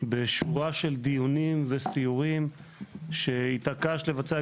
בשורה של דיונים וסיורים שהתעקשת לבצע,